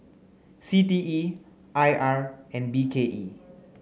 C T E I R and B K E